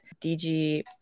DG